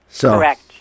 Correct